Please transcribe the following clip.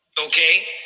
okay